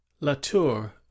Latour